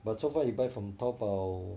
but so far you buy from Taobao